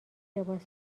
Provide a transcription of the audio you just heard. لباس